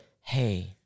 hey